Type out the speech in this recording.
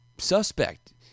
suspect